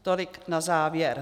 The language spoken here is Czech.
Tolik na závěr.